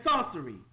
sorcery